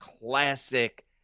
classic